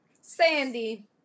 Sandy